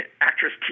actress